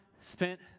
spent